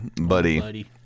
buddy